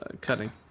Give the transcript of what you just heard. Cutting